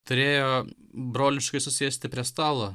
turėjo broliškai susėsti prie stalo